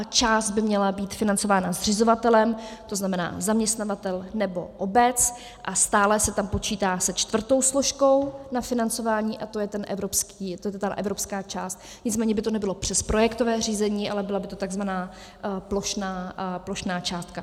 Část by měla být financována zřizovatelem, tzn. zaměstnavatel nebo obec, a stále se tam počítá se čtvrtou složkou na financování, a to je ta evropská část, nicméně by to nebylo přes projektové řízení, ale byla by to tzv. plošná částka.